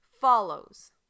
follows